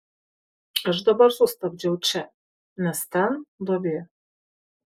aš dabar sustabdžiau čia nes ten duobė